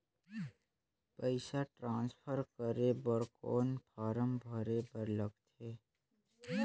पईसा ट्रांसफर करे बर कौन फारम भरे बर लगथे?